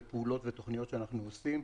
פעולות ותוכניות שאנחנו עושים.